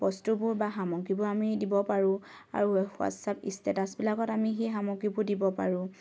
বস্তুবোৰ বা সামগ্ৰীবোৰ আমি দিব পাৰো আৰু হোৱাটচাপ ষ্টেটাছবিলাকত আমি সেই সামগ্ৰীবোৰ দিব পাৰো